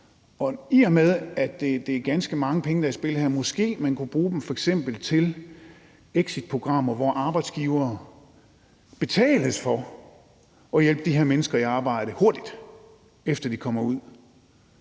I og med at det er ganske mange penge, der er i spil her, kunne man måske bruge dem til exitprogrammer, hvor arbejdsgivere betales for at hjælpe de her mennesker i arbejde hurtigt, efter at de kommer ud,